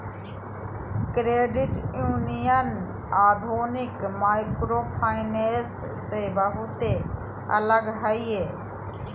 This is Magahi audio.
क्रेडिट यूनियन आधुनिक माइक्रोफाइनेंस से बहुते अलग हय